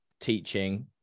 teaching